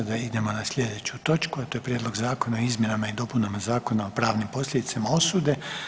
Sada idemo na sljedeću točku, a to je Prijedlog zakona o izmjenama i dopunama Zakona o pravnim posljedicama osude.